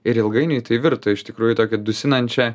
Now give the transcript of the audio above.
ir ilgainiui tai virto iš tikrųjų į tokią dusinančią